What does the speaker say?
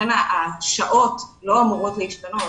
ולכן השעות לא אמורות להשתנות.